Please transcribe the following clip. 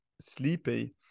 sleepy